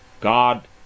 God